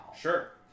Sure